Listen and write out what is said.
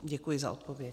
Děkuji za odpověď.